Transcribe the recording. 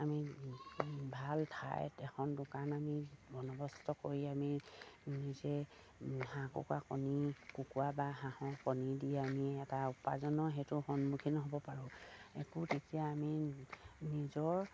আমি ভাল ঠাইত এখন দোকান আমি বন্দবস্ত কৰি আমি নিজে হাঁহ কুকুৰা কণী কুকুৰা বা হাঁহৰ কণী দি আমি এটা উপাৰ্জনৰ সেইটো সন্মুখীন হ'ব পাৰোঁ একো তেতিয়া আমি নিজৰ